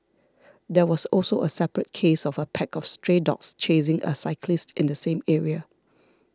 there was also a separate case of a pack of stray dogs chasing a cyclist in the same area